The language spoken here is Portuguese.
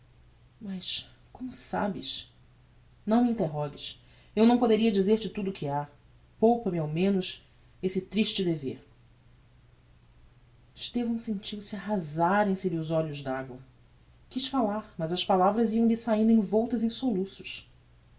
mas como sabes não me interrogues eu não poderia dizer-te tudo o que ha poupa me ao menos esse triste dever estevão sentiu arrasarem se lhe os olhos d'agua quiz falar mas as palavras iam lhe saindo envoltas em soluços